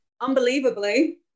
Unbelievably